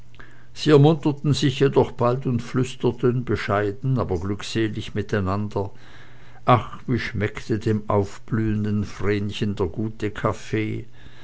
sie ermunterten sich jedoch bald und flüsterten bescheiden aber glückselig miteinander ach wie schmeckte dem aufblühenden vrenchen der gute kaffee